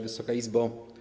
Wysoka Izbo!